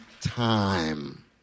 time